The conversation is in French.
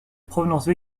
provenance